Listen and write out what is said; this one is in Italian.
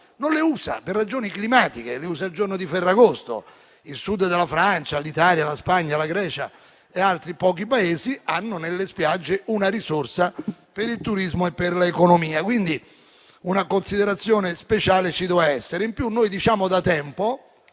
non le usa per ragioni climatiche; le usa il giorno di Ferragosto. Il Sud della Francia, l'Italia, la Spagna, la Grecia e altri pochi Paesi hanno nelle spiagge una risorsa per il turismo e per l'economia; quindi, una considerazione speciale ci doveva essere. In più, noi diciamo da tempo